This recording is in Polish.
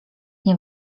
nie